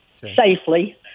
safely